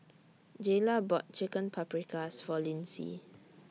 Jayla bought Chicken Paprikas For Lyndsey